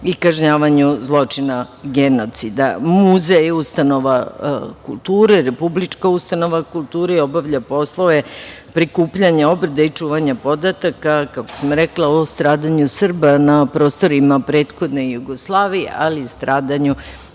i kažnjavanju zločina genocida. Muzej je ustanova kulture, Republička ustanova kulture i obavlja poslove prikupljanja, obrade i čuvanja podataka, kako sam rekla, o stradanju Srba na prostorima prethodne Jugoslavije, ali i stradanju,